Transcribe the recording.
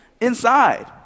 inside